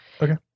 Okay